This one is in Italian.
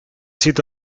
sito